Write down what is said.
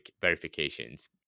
verifications